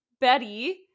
Betty